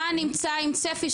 אתה נמצא עם צפי,